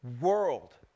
world